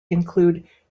include